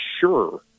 sure